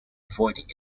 avoiding